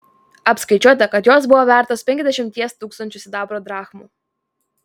apskaičiuota kad jos buvo vertos penkiasdešimties tūkstančių sidabro drachmų